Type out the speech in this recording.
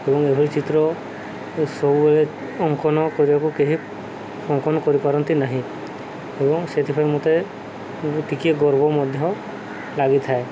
ଏବଂ ଏଭଳି ଚିତ୍ର ସବୁବେଳେ ଅଙ୍କନ କରିବାକୁ କେହି ଅଙ୍କନ କରିପାରନ୍ତି ନାହିଁ ଏବଂ ସେଥିପାଇଁ ମୋତେ ଟିକେ ଗର୍ବ ମଧ୍ୟ ଲାଗିଥାଏ